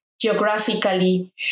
geographically